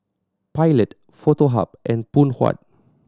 Pilot Foto Hub and Phoon Huat